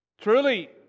Truly